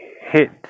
hit